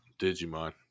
Digimon